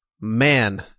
Man